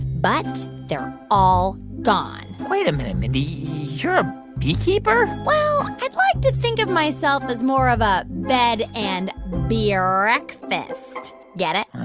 but they're all gone wait a minute, mindy. you're a beekeeper? well, i'd like to think of myself as more of a bed and bee-reakfast. get it?